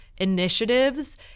initiatives